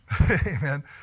amen